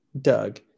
doug